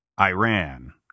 Iran